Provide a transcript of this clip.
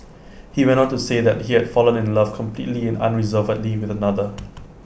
he went on to say that he had fallen in love completely and unreservedly with another